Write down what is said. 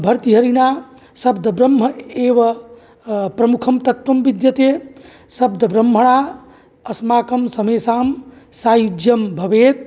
भर्तृहरिणा शब्दब्रह्म एव प्रमुखं तत्त्वं विद्यते शब्दब्रह्मणा अस्माकं समेषां सायुज्यं भवेत्